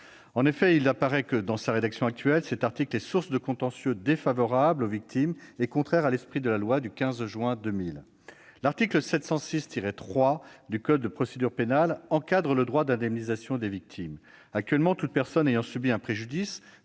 En effet, il apparaît que, dans sa rédaction actuelle, cet article est source d'un contentieux défavorable aux victimes et contraire à l'esprit de la loi du 15 juin 2000. L'article 706-3 du code de procédure pénale encadre le droit d'indemnisation des victimes. Actuellement, toute personne ayant subi un préjudice